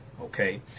okay